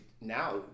now